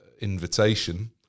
invitation